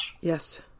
Yes